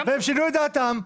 הם שינו את דעתם.